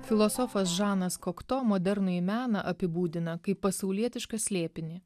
filosofas žanas kokto modernųjį meną apibūdina kaip pasaulietišką slėpinį